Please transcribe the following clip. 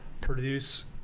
produce